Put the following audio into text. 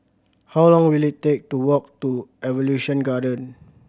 how long will it take to walk to Evolution Garden Walk